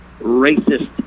racist